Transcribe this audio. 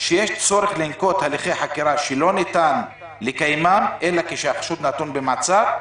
שיש צורך לנקוט הליכי חקירה שלא ניתן לקיימם אלא כשהחשוד נתון במעצר".